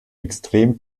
extrem